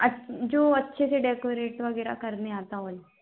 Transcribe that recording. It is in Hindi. अच्छ जो अच्छे से डेकोरेट वगैरह करने आता हो वही